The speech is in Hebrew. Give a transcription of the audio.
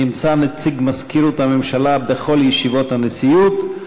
נמצא נציג מזכירות הממשלה בכל ישיבות הנשיאות,